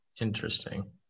Interesting